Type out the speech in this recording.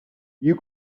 you